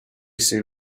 sue